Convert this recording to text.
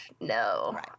No